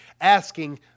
Asking